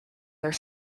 their